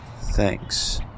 Thanks